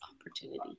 opportunity